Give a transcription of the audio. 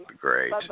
Great